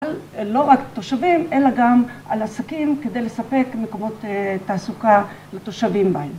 לא רק תושבים אלא גם על עסקים כדי לספק מקומות תעסוקה לתושבים בהם.